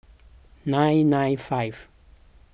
nine nine five